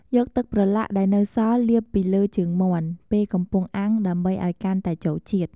យកទឹកប្រឡាក់ដែលនៅសល់លាបពីលើជើងមាន់ពេលកំពុងអាំងដើម្បីឱ្យកាន់តែចូលជាតិ។